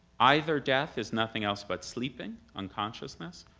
either death is nothing else but sleeping, unconsciousness,